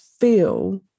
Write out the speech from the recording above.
feel